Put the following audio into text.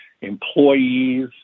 employees